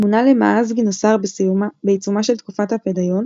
מונה למא"ז גינוסר בעיצומה של תקופת ה"פדאיון",